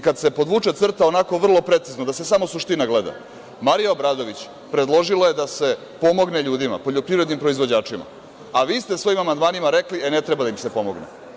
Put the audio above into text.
Kada se podvuče crta onako vrlo precizno, da se samo suština gleda, Marija Obradović predložila je da se pomogne ljudima, poljoprivrednim proizvođačima, a vi ste svojim amandmanima rekli – e ne treba da im se pomogne.